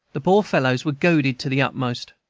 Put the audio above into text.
the poor fellows were goaded to the utmost.